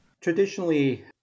Traditionally